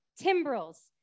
timbrels